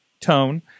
tone